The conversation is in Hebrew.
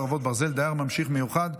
חרבות ברזל) (דייר ממשיך מיוחד),